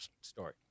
story